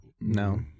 No